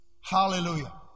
Hallelujah